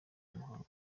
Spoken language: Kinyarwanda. muhango